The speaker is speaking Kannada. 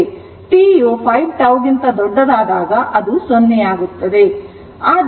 ಆದ್ದರಿಂದ t ಯು 5τ ಗಿಂತ ದೊಡ್ಡದಾದಾಗ ಅದು ಸುಮಾರು 0 ಆಗುತ್ತದೆ